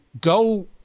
go